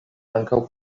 ankaŭ